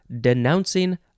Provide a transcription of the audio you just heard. denouncing